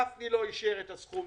גפני לא אישר את הסכומים.